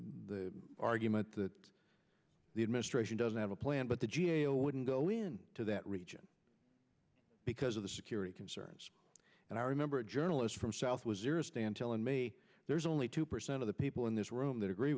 the argument that the administration doesn't have a plan but the g a o wouldn't go in to that region because of the security concerns and i remember a journalist from south waziristan telling me there's only two percent of the people in this room that agree